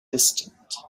distant